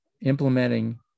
implementing